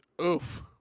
Oof